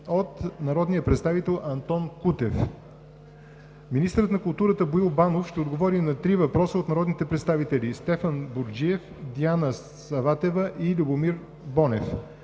от народния представител Антон Кутев. 4. Министърът на културата Боил Банов ще отговори на три въпроса от народните представители Стефан Бурджев; Диана Саватева; и Любомир Бонев.